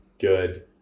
good